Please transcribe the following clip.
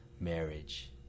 marriage